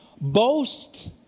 boast